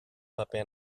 paper